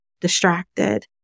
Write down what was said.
distracted